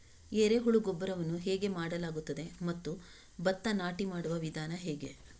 ಎರೆಹುಳು ಗೊಬ್ಬರವನ್ನು ಹೇಗೆ ಮಾಡಲಾಗುತ್ತದೆ ಮತ್ತು ಭತ್ತ ನಾಟಿ ಮಾಡುವ ವಿಧಾನ ಹೇಗೆ?